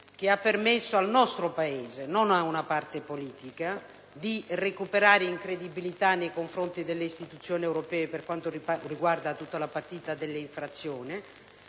che ha permesso al nostro Paese - non ad una parte politica - di recuperare credibilità nei confronti delle istituzioni europee con riferimento all'intera partita delle infrazioni